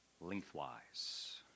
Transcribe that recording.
lengthwise